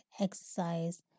exercise